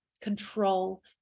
control